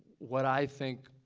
what i think,